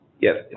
Yes